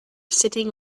sitting